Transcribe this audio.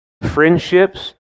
Friendships